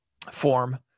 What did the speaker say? form